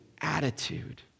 attitude